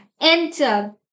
Enter